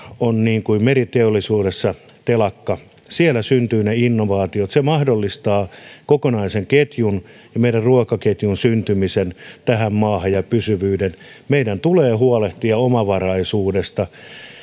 on niin kuin meriteollisuudessa telakka siellä syntyvät ne innovaatiot se mahdollistaa kokonaisen ketjun ja meidän ruokaketjun syntymisen tähän maahan ja pysyvyyden meidän tulee huolehtia omavaraisuudesta